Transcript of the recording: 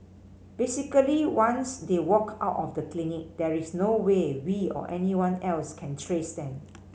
basically once they walk out of the clinic there is no way we or anyone else can trace them